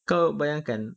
kau bayangkan